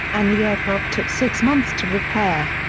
and the aircraft took six months to repair.